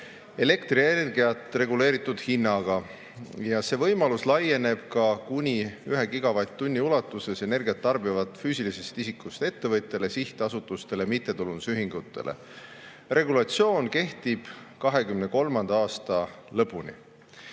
elektrienergiat reguleeritud hinnaga ja see võimalus laieneb ka kuni 1 gigavatt-tunni ulatuses energiat tarbivatele füüsilisest isikust ettevõtjatele, sihtasutustele, mittetulundusühingutele. Regulatsioon kehtib 2023. aasta lõpuni. Eelnõu